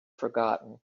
forgotten